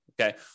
Okay